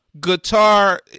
guitar